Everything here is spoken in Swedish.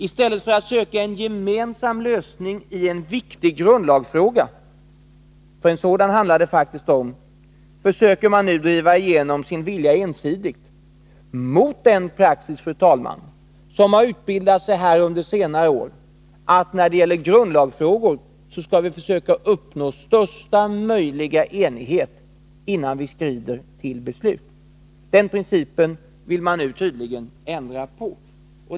I stället för att söka en gemensam lösning i en viktig grundlagsfråga — för en sådan handlar det om — försöker man nu driva igenom sin vilja ensidigt — mot den praxis, fru talman, som har utbildat sig här under senare år, att när det gäller grundlagsfrågor skall vi uppnå största möjliga enighet, innan vi skrider till beslut. Den principen vill man nu tydligen ändra på.